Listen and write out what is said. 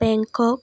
Bangkok